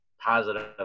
positive